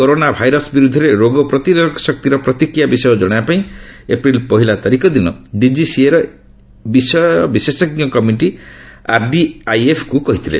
corona virus ବିରୁଦ୍ଧରେ ରୋଗ ପ୍ରତିରୋଧକ ଶକ୍ତିର ପ୍ରତିକ୍ରିୟା ବିଷୟ ଜଣାଇବା ପାଇଁ ଏପ୍ରିଲ୍ ପହିଲା ତାରିଖ ଦିନ ଡିଜିସିଏର ବିଷୟ ବିଶେଷଜ୍ଞ କମିଟି ଆର୍ଡିଆଇଏଫ୍କୁ କହିଥିଲେ